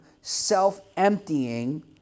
self-emptying